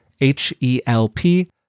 H-E-L-P